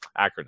acronym